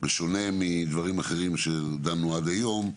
בשונה מדברים אחרים שדנו עד היום.